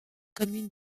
commune